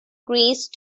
greece